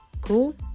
cool